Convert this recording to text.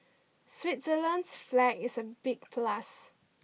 Switzerland's flag is a big plus